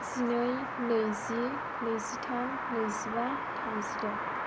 जिनै नैजि नैजिथाम नैजिबा थामजिद'